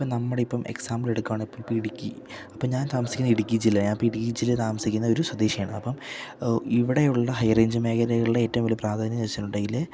ഇപ്പം നമ്മുടെ ഇപ്പം എക്സാമ്പിളെടുക്കാണേൽ ഇപ്പം ഇടുക്കി അപ്പം ഞാൻ താമസിക്കുന്ന ഇടുക്കി ജില്ല ഞാൻ ഇപ്പം ഇടുക്കി ജില്ല താമസിക്കുന്ന ഒരു സ്വദേശിയാണ് അപ്പം ഇവിടെ ഉള്ള ഹൈ റേഞ്ച് മേഖലകളുടെ ഏറ്റവും വലിയ പ്രാധാന്യം എന്ന് വച്ചിട്ടുണ്ടെങ്കിൽ